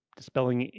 Dispelling